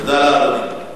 תודה לאדוני.